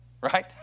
right